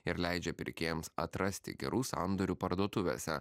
ir leidžia pirkėjams atrasti gerų sandorių parduotuvėse